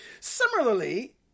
similarly